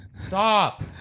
Stop